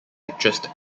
actress